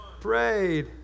prayed